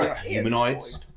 humanoids